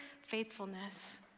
faithfulness